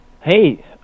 Hey